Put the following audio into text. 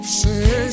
say